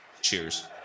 cheers